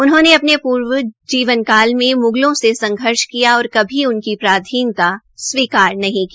उन्होंने अपने पूर्ण जीवन काल में मुगलों से संघर्ष किया और कभी उनकी पराधीनता स्वीकार नहीं की